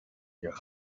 your